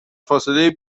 فاصله